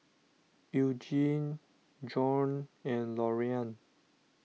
Eugene Bjorn and Loriann